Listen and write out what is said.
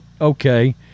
okay